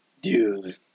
Dude